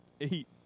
eight